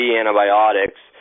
antibiotics